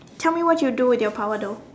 tell me what you'd do with your power though